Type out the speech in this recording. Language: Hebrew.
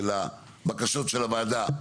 של הבקשות של הוועדה,